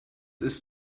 ist